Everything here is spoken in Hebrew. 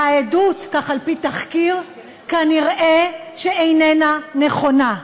והעדות, כך על-פי תחקיר, כנראה איננה נכונה.